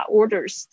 orders